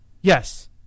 Yes